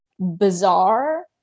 bizarre